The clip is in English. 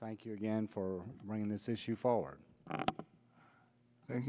thank you again for bringing this issue forward